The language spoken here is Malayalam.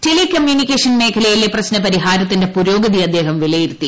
ടെലി കമ്മ്യൂണിക്കേഷൻ മേഖലയിലെ പ്രശ്ന പരിഹാരത്തിന്റെ പുരോഗതി അദ്ദേഹം വിലയിരുത്തി